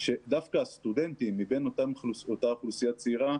דווקא הסטודנטים מבין אותה אוכלוסייה צעירה,